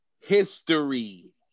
history